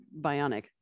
bionic